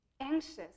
anxious